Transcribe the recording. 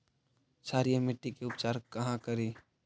क्षारीय मिट्टी के उपचार कहा करी?